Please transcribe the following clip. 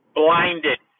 blinded